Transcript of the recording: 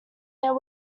there